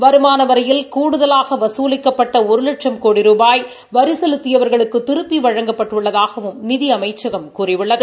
வருமான வரியில் கூடுதலாக வகுலிக்கப்பட்ட ஒரு வட்சும் கோடி ரூபாய் வரி செலுத்தியவர்களுக்கு திருப்பி வழங்கப்பட்டுள்ளதாகவும் நிதி அமைச்சகம் கூறியுள்ளது